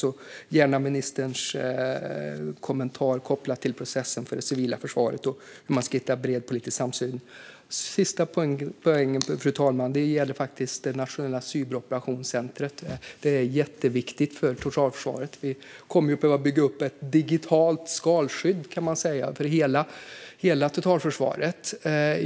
Jag vill gärna ha en kommentar från ministern kopplad till processen för det civila försvaret och hur man ska hitta en bred politisk samsyn. Sista frågan, fru talman, gäller det nationella cyberoperationscentret. Det är jätteviktigt för totalförsvaret. Vi kommer att behöva bygga upp ett digitalt skalskydd för hela totalförsvaret.